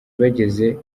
bageze